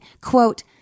quote